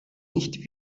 nicht